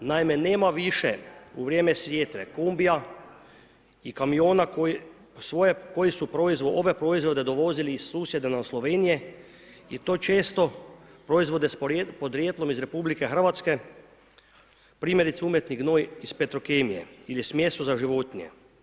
Naime, nema više u vrijeme sjetve kombija i kamiona koji su ove proizvode dovozili iz susjedne nam Slovenije i to često proizvode s porijeklom iz RH, primjerice umjetni gnoj iz Petrokemije ili smjesu za životinje.